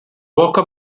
walker